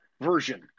version